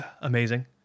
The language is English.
amazing